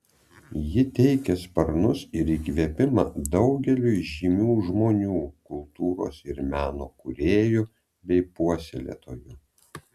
ji teikė sparnus ir įkvėpimą daugeliui žymių žmonių kultūros ir meno kūrėjų bei puoselėtojų